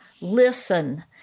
Listen